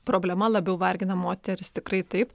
problema labiau vargina moteris tikrai taip